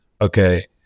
okay